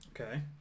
Okay